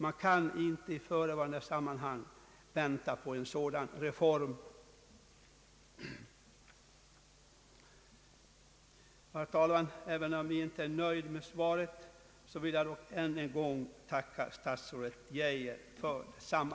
Man kan inte i förevarande sammanhang vänta på en sådan reform.» Herr talman! Även om jag inte är nöjd med svaret vill jag än en gång tacka statsrådet Geijer för detsamma.